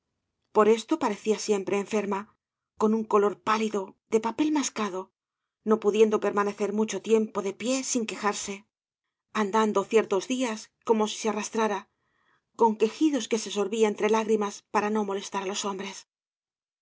per esto parecía siempre enferma con un color pálido de papel mascado no pudiendo permanecer mueho tiempo de pie sin quejarse andando cañas y barro ciertos días como si se arrastrara con quejidos que se sorbía entre lágrimas para do molestar á los hombres